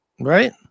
Right